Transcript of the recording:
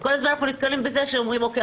וכל הזמן אנחנו נתקלים בזה שאומרים: אוקיי,